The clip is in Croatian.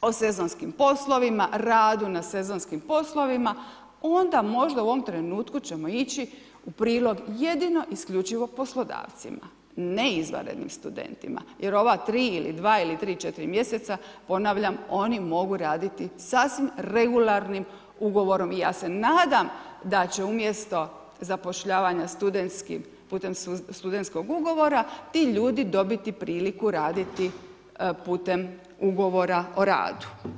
o sezonskim poslovima, radu na sezonskim poslovima, onda možda u ovom trenutku ćemo ići u prilog jedino i isključivo poslodavcima, ne izvanrednim studentima jer ova 3 ili 2, ili 3, 4 mjeseca, ponavljam, oni mogu raditi sasvim regularnim ugovorom i ja se nadam da će umjesto zapošljavanja putem studentskog ugovora ti ljudi dobiti priliku raditi putem ugovora o radu.